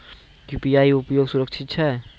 UPI उपयोग सुरक्षित छै?